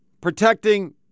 protecting